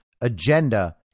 agenda